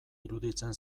iruditzen